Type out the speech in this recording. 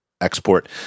export